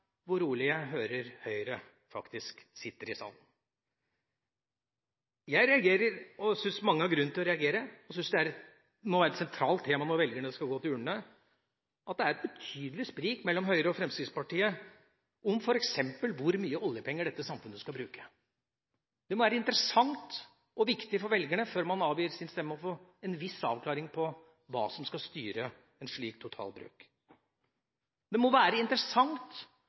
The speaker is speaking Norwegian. hvor rolig jeg hører Høyre sitte i salen. Jeg reagerer og syns at mange har grunn til å reagere. Jeg syns at et sentralt tema når velgerne skal gå til urnene, må være at det er et betydelig sprik mellom Høyre og Fremskrittspartiet når det gjelder f.eks. hvor mye oljepenger dette samfunnet skal bruke. Det må være interessant og viktig for velgerne, før man avgir sin stemme, å få en viss avklaring på hva som skal styre en slik totalbruk. Det må være interessant